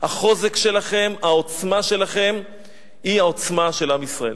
החוזק שלכם, העוצמה שלכם היא העוצמה של עם ישראל.